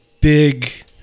big